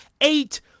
eight